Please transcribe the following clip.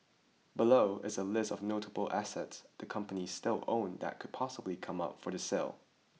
below is a list of notable assets the companies still own that could possibly come up for the sale